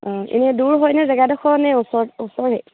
অঁ এনেই দূৰ হয়নে জেগাডোখৰ নে ওচৰ ওচৰেই